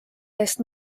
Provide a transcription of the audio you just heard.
eest